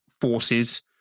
forces